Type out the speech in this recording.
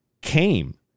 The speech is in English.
came